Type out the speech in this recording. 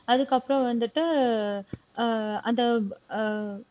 அதுக்கப்புறம் வந்துட்டு அந்த